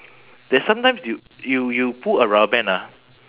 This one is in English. then sometimes you you you pull a rubber band ah